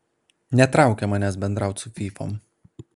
netraukia manęs bendraut su fyfom